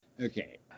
Okay